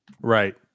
Right